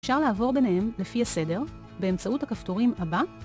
אפשר לעבור ביניהם לפי הסדר באמצעות הכפתורים הבא.